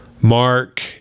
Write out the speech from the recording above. Mark